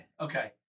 Okay